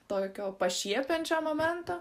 tokio pašiepiančio momento